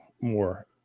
more